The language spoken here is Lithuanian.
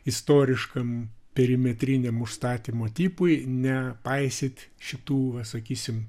istoriškam perimetriniam užstatymo tipui nepaisyt šitų va sakysim